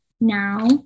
now